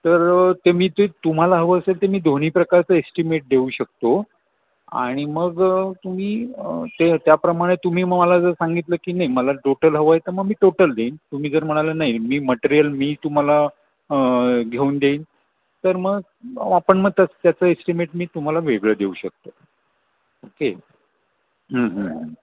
तर ते मी ते तुम्हाला हवं असेल तर मी दोन्ही प्रकारचं एस्टिमेट देऊ शकतो आणि मग तुम्ही ते त्याप्रमाणे तुम्ही मग मला जर सांगितलं की नाही मला टोटल हवं आहे तर मग मी टोटल देईन तुम्ही जर म्हणाला नाही मी मटेरियल मी तुम्हाला घेऊन देईन तर मग आपण मग तसं त्याचं एस्टिमेट मी तुम्हाला वेगळं देऊ शकतो ओके